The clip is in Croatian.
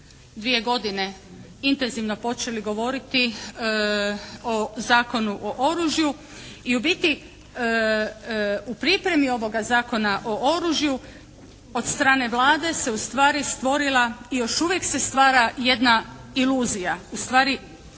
dvije godine intenzivno počeli govoriti o Zakonu o oružju i u biti u pripremi ovoga Zakona o oružju od strane Vlade se ustvari stvorila i još uvijek se stvara jedna iluzija, ustvari